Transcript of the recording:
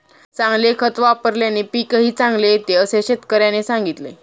चांगले खत वापल्याने पीकही चांगले येते असे शेतकऱ्याने सांगितले